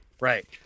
Right